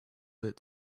bit